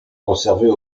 conservés